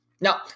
Now